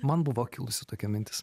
man buvo kilusi tokia mintis